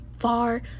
far